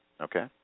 Okay